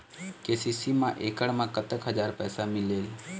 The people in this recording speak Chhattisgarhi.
के.सी.सी मा एकड़ मा कतक हजार पैसा मिलेल?